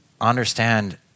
understand